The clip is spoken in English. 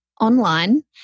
online